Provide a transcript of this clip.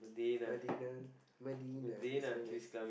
Madinah Madinah is very nice